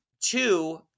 two